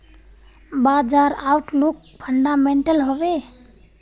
बाजार outlook fundamental हैवै?